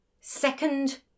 second